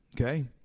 Okay